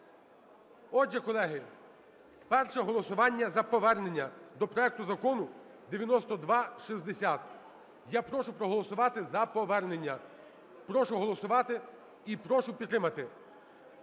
Отже, колеги, перше голосування за повернення до проекту Закону 9260. Я прошу проголосувати за повернення. Прошу голосувати і прошу підтримати